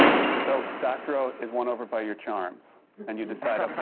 so doctorow is won over by your charms and you decide,